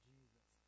Jesus